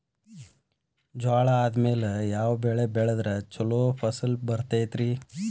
ಜ್ವಾಳಾ ಆದ್ಮೇಲ ಯಾವ ಬೆಳೆ ಬೆಳೆದ್ರ ಛಲೋ ಫಸಲ್ ಬರತೈತ್ರಿ?